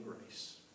grace